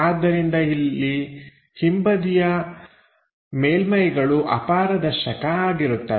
ಆದ್ದರಿಂದ ಇಲ್ಲಿ ಹಿಂಬದಿಯ ಮೇಲ್ಮೈಗಳು ಅಪಾರದರ್ಶಕ ಆಗಿರುತ್ತವೆ